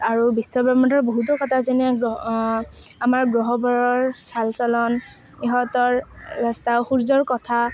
আৰু বিশ্বব্ৰক্ষ্মাণ্ডৰ বহুতো কথা যেনে আমাৰ গ্ৰহবোৰৰ চাল চলন ইহঁতৰ ৰাস্তা সূৰ্য্যৰ কথা